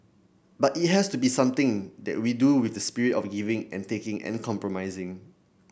but it has to be something that we do with the spirit of giving and taking and compromising